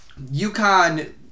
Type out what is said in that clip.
UConn